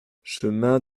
chemin